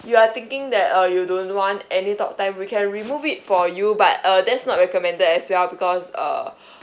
you are thinking that uh you don't want any talk time we can remove it for you but uh that's not recommended that as well because uh